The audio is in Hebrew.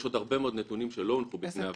יש עוד הרבה מאוד נתונים שלא הונחו בפני הוועדה.